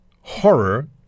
horror